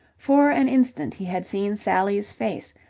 for an instant he had seen sally's face,